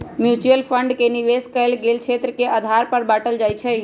mutual fund के निवेश कएल गेल क्षेत्र के आधार पर बाटल जाइ छइ